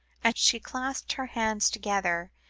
and she clasped her hands together,